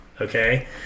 Okay